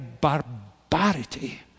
barbarity